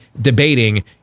debating